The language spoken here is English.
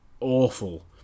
Awful